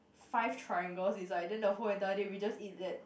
five triangles it's like then the whole entire day we just eat that